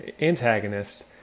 antagonist